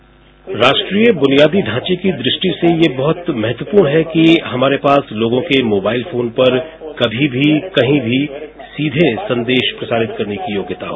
bite राष्ट्रीय बुनियादी ढांचे की दृष्टि से यह बहुत महत्वपूर्ण है कि हमारे पास लोगों के मोबाइल फोन पर कभी भी कहीं भी सीधे संदेश प्रसारित करने की योग्यता हो